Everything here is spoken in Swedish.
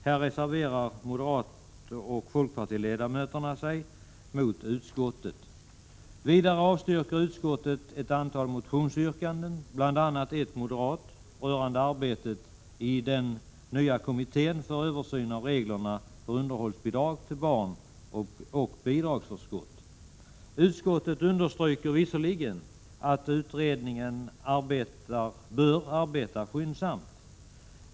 Här reserverar sig moderata och folkpartistiska ledamöter mot utskottets skrivning. Vidare avstyrker utskottet ett antal motionsyrkanden, bl.a. ett moderat yrkande rörande arbetet i den nya kommittén för översyn av reglerna för underhållsbidrag till barn och bidragsförskott. Utskottet understryker visserligen att utredningen bör arbeta skyndsamt.